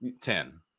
ten